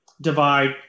divide